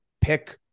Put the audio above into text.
pick